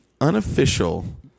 unofficial